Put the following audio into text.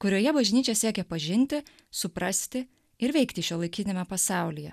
kurioje bažnyčia siekia pažinti suprasti ir veikti šiuolaikiniame pasaulyje